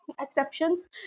exceptions